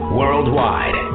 worldwide